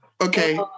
okay